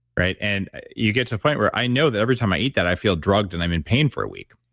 right? and you get to the point where i know that every time i eat that, i feel drugged, and i'm in pain for a week.